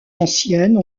anciennes